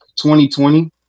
2020